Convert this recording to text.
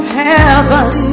heaven